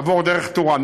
עבור דרך טורעאן,